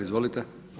Izvolite.